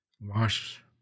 Wash